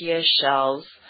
shells